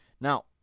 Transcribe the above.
Now